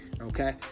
Okay